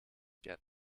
get